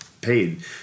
paid